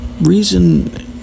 reason